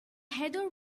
heather